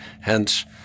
Hence